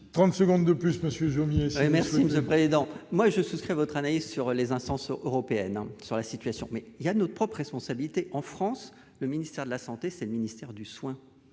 30 secondes de plus Monsieur Jomier. Je remercie Monsieur apprenez donc moi je souscris à votre analyse sur les instances européennes sur la situation, mais il y a notre propre responsabilité en France, le ministère de la santé, c'est le ministère du soin